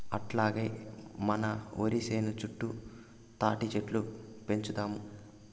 అట్టాగే మన ఒరి సేను చుట్టూ తాటిచెట్లు పెంచుదాము